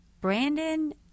Brandon